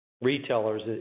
Retailers